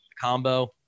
Combo